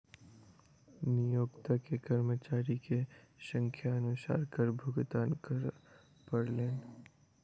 नियोक्ता के कर्मचारी के संख्या अनुसार कर भुगतान करअ पड़लैन